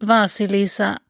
Vasilisa